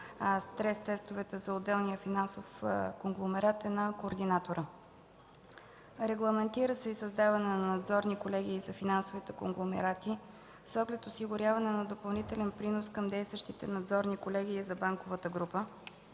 стрес тестовете за отделния финансов конгломерат е на координатора. Регламентира се създаване на надзорни колегии за финансовите конгломерати с оглед осигуряване на допълнителен принос към действащите надзорни колегии за банковата група,